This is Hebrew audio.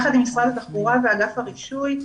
יחד עם משרד התחבורה ואגף הרישוי,